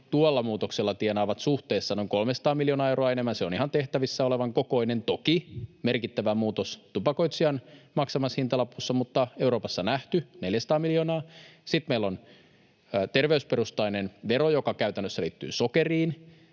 tuolla muutoksella tienaavat suhteessa noin 300 miljoonaa euroa enemmän. Se on ihan tehtävissä olevan kokoinen, toki merkittävä muutos tupakoitsijan maksamassa hintalapussa mutta Euroopassa nähty, 400 miljoonaa. Sitten meillä on terveysperustainen vero, joka käytännössä liittyy sokeriin,